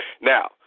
Now